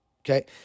okay